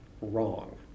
wrong